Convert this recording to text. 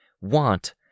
want